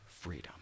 freedom